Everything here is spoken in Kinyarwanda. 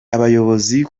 abayobozi